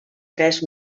tres